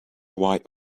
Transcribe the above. white